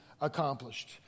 accomplished